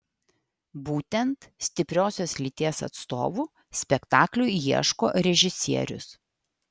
būtent stipriosios lyties atstovų spektakliui ieško režisierius